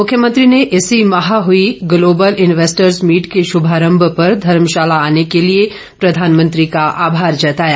मुख्यमंत्री ने इसी माह हुई ग्लोबल इन्वेस्टर्स मीट के शुभारंभ पर धर्मशाला आने के लिए प्रधानमंत्री का आभार जताया